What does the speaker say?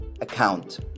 account